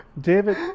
David